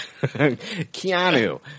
Keanu